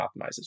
optimizes